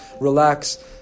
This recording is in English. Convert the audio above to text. relax